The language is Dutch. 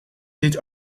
dit